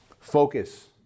Focus